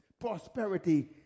prosperity